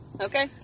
okay